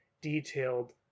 detailed